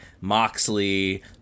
Moxley